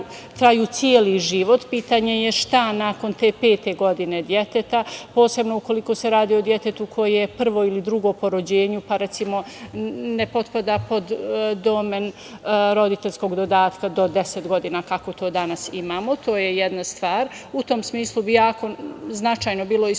traju celi život. Pitanje je šta nakon te pete godine deteta, posebno ukoliko se radi o detetu koje je prvo ili drugo po rođenju, pa recimo ne potpada pod domen roditeljskog dodatka do 10 godina kako to danas imamo. To je jedna stvar. U tom smislu bi jako značajno bilo iskoračiti